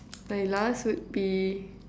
my last would be